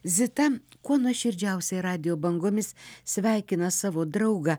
zita kuo nuoširdžiausiai radijo bangomis sveikina savo draugą